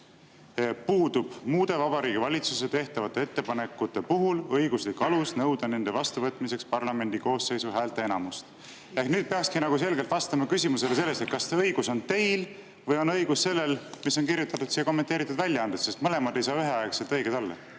puudub muude Vabariigi Valitsusele tehtavate ettepanekute puhul õiguslik alus nõuda nende vastuvõtmiseks parlamendi koosseisu häälteenamust." Nüüd peakski selgelt vastama küsimusele, kas õigus on teil või on õige see, mis on kirjutatud kommenteeritud väljaandesse, sest mõlemad ei saa üheaegselt õiged olla.